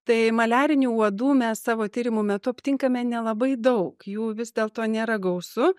tai maliarinių uodų mes savo tyrimų metu aptinkame nelabai daug jų vis dėlto nėra gausu